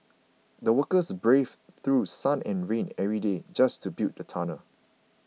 the workers braved through sun and rain every day just to build the tunnel